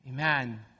Amen